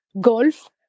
golf